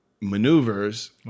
maneuvers